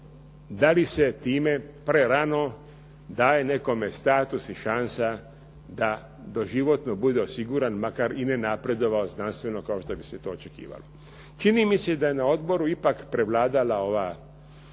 da li se time prerano daje nekome status i šansa da doživotno bude osiguran makar i nenapredovao znanstveno kao što bi se to očekivalo. Čini mi se da je na odboru ipak prevladala ova solucija